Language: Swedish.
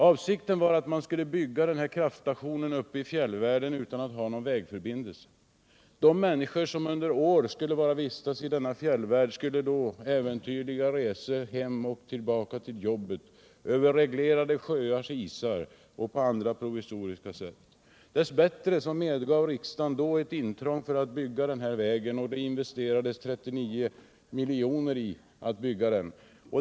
Avsikten var att man skulle bygga kraftstationen uppe i fjällvärlden utan att ha någon vägförbindelse. De människor som under år skulle vistas i denna fjällvärld skulle göra äventyrliga resor fram och tillbaka till jobbet, över reglerade sjöars isar och på andra provisoriska sätt. Dess bättre medgav riksdagen då ett intrång för att man skulle kunna bygga den här vägen, och det investerades 39 milj.kr. i projektet.